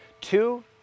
Two